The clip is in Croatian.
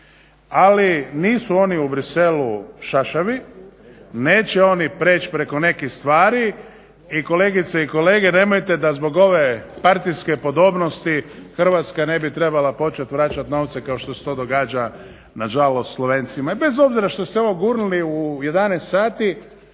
Ali nisu oni u Bruxellesu šašavi, neće oni preći preko nekih stvari. I kolegice i kolege nemojte da zbog ove partijske podobnosti Hrvatska ne bi trebala počet vraćat novce kao što se to događa nažalost Slovencima. I bez obzira što ste ovo gurnuli u 11 sati